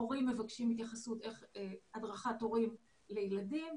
הורים מבקשים הדרכת הורים לילדים.